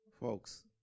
Folks